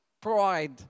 pride